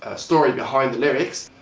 ah story behind the lyrics.